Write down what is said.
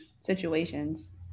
situations